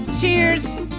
cheers